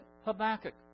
Habakkuk